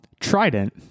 Trident